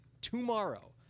tomorrow